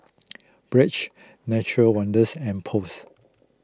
Bragg Nature Wonders and Post